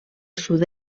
sud